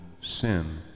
sin